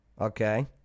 Okay